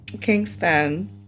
Kingston